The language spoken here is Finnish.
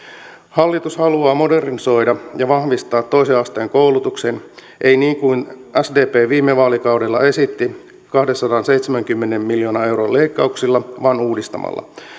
hallitus haluaa modernisoida ja vahvistaa toisen asteen koulutuksen ei niin kuin sdp viime vaalikaudella esitti kahdensadanseitsemänkymmenen miljoonan euron leikkauksilla vaan uudistamalla